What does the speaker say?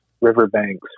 riverbanks